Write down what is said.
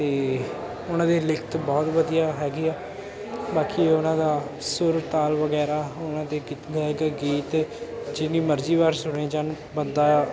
ਅਤੇ ਉਹਨਾਂ ਦੀਆਂ ਲਿਖਤ ਬਹੁਤ ਵਧੀਆ ਹੈਗੀ ਆ ਬਾਕੀ ਉਹਨਾਂ ਦਾ ਸੁਰ ਤਾਲ ਵਗੈਰਾ ਉਹਨਾਂ ਦੇ ਗਿਤ ਗਾਏ ਗਏ ਗੀਤ ਜਿੰਨੀ ਮਰਜ਼ੀ ਵਾਰ ਸੁਣੇ ਜਾਣ ਬੰਦਾ